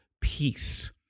peace